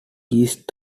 east